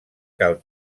cal